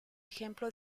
ejemplo